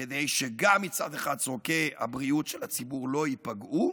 כדי שגם מצד אחד צורכי הבריאות של הציבור לא ייפגעו,